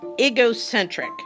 egocentric